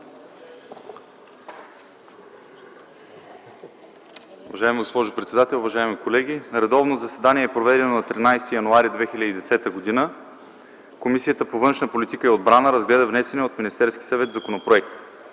Уважаема госпожо председател, уважаеми колеги! „На редовно заседание, проведено на 13 януари 2010 г, Комисията по външна политика и отбрана разгледа внесения от Министерския съвет законопроект.